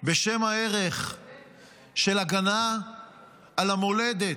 בשם הערך של הגנה על המולדת,